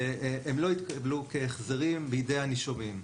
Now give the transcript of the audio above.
והם לא יתקבלו כהחזרים בידי הנישומים.